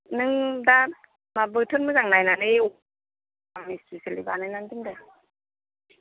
नों दा बोथोर मोजां नायनानै बानायनानै दोनदो